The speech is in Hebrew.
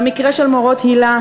במקרה של מורות היל"ה,